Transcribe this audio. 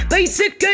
Basic